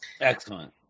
Excellent